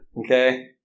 Okay